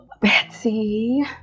Betsy